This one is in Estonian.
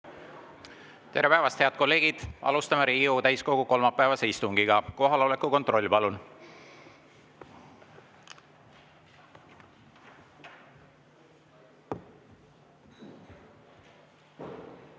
Tere päevast, head kolleegid! Alustame Riigikogu täiskogu kolmapäevast istungit. Kohaloleku kontroll, palun! Tere päevast, head kolleegid!